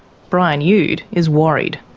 brian youd is worried.